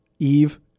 Eve